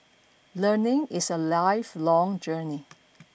learning is a lifelong journey